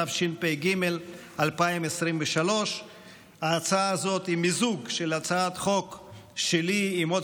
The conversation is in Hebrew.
התשפ"ג 2023. ההצעה הזאת היא מיזוג של הצעת חוק שלי עם עוד